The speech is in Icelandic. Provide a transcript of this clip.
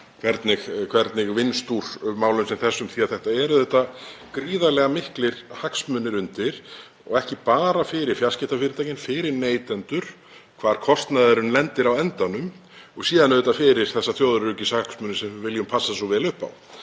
hvernig vinnst úr því vegna þess að það eru auðvitað gríðarlega miklir hagsmunir undir og ekki bara fyrir fjarskiptafyrirtækin, heldur fyrir neytendur, hvar kostnaðurinn lendir á endanum og síðan auðvitað fyrir þjóðaröryggishagsmuni sem við viljum passa svo vel upp á.